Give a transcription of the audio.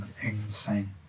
insane